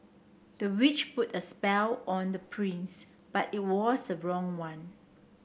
the witch put a spell on the prince but it was the wrong one